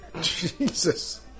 Jesus